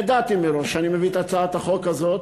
ידעתי מראש שאני מביא את הצעת החוק הזאת,